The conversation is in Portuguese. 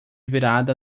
virada